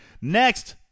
Next